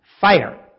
fire